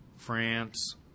France